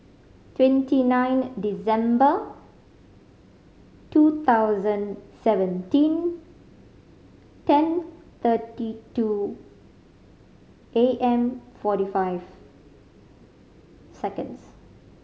twenty nine December two thousand seventeen ten thirty two A M forty five seconds